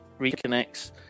reconnects